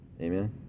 Amen